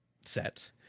set